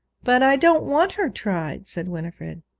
but i don't want her tried said winifred.